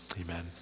amen